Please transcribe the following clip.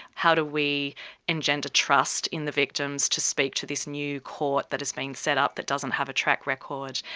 how do we engender trust in the victims to speak to this new court that has been set up that doesn't have a track record.